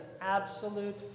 absolute